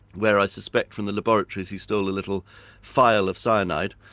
where i suspect from the laboratories he stole a little phial of cyanide,